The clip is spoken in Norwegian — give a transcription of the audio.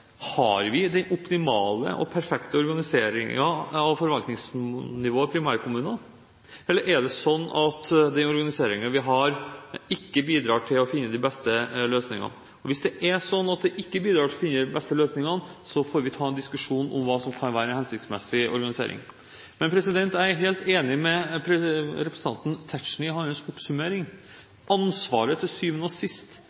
Har vi den optimale og perfekte organiseringen av forvaltningsnivået i primærkommunene, eller er det slik at den organiseringen vi har i dag, ikke bidrar til å finne de beste løsningene? Hvis det er sånn at det ikke bidrar til å finne de beste løsningene, får vi ta en diskusjon om hva som kan være hensiktsmessig organisering. Jeg er helt enig med representanten Tetzschner i hans